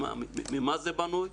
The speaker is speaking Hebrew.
ממה זה בנוי?